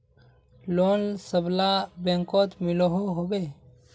Loan सबला बैंकोत मिलोहो होबे?